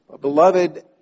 Beloved